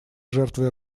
жертвой